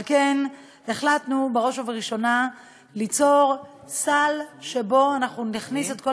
על כן החלטנו בראש ובראשונה ליצור סל שבו אנחנו נכניס את כל